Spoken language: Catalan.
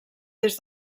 des